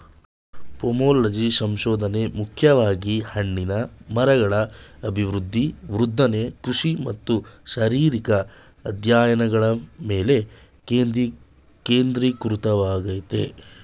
pomology ಸಂಶೋಧನೆ ಮುಖ್ಯವಾಗಿ ಹಣ್ಣಿನ ಮರಗಳ ಅಭಿವೃದ್ಧಿ ವರ್ಧನೆ ಕೃಷಿ ಮತ್ತು ಶಾರೀರಿಕ ಅಧ್ಯಯನಗಳ ಮೇಲೆ ಕೇಂದ್ರೀಕೃತವಾಗಯ್ತೆ